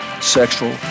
sexual